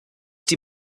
die